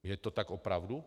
Je to tak opravdu?